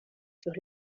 sus